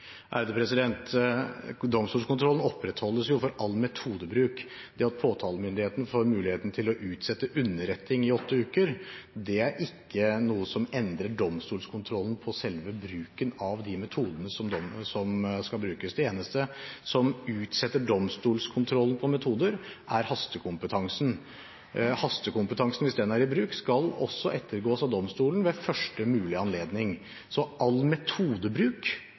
påtalemyndigheten får muligheten til å utsette underretning i åtte uker, er ikke noe som endrer domstolskontrollen av selve bruken av de metodene som skal brukes. Det eneste som utsetter domstolskontrollen av metoder, er hastekompetansen. Hastekompetansen – hvis den er i bruk – skal også ettergås av domstolen ved første mulige anledning. Så all metodebruk